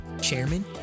chairman